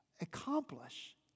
accomplish